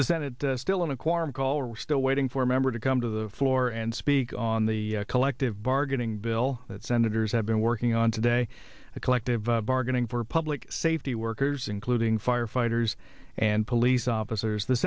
senate still in a quorum call re still waiting for member to come to the floor and speak on the collective bargaining bill that senators have been working on today a collective bargaining for public safety workers including firefighters and police officers